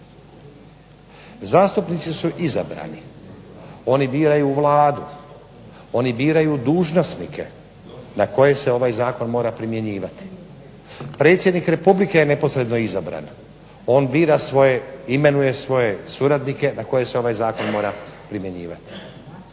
Zastupnici su izabrani, oni biraju Vladu, oni biraju dužnosnike na koje se ovaj zakon mora primjenjivati. Predsjednik Republike je neposredno izabran. On bira svoje, imenuje svoje suradnike na koje se ovaj zakon mora primjenjivati.